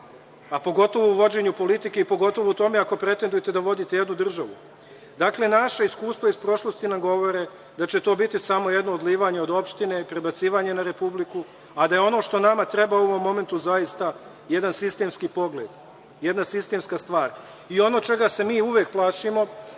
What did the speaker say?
a pogotovo u vođenju politike i pogotovo u tome ako pretendujete da vodite jednu državu. Dakle, naša iskustva iz prošlosti nam govore da će to biti samo jedno odlivanje od opštine i prebacivanje na Republiku, a da je ono što nama treba u ovom momentu zaista jedan sistemski pogled, jedna sistemska stvar. Ono čega se mi uvek plašimo,